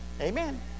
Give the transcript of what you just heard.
Amen